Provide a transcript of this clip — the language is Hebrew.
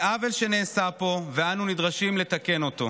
מעוול שנעשה פה ואנו נדרשים לתקן אותו.